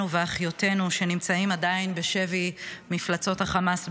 ואחיותינו שנמצאים עדיין בשבי מפלצות החמאס בעזה,